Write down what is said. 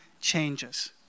changes